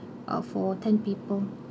ah for ten people